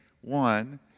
one